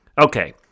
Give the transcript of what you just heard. Okay